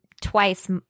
Twice